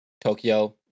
Tokyo